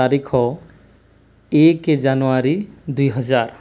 ତାରିଖ ଏକ ଜାନୁଆରୀ ଦୁଇହଜାର